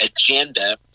agenda